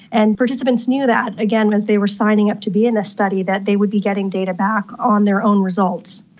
and participants knew that, again, as they were signing up to be in this study, that they would be getting data back on their own results.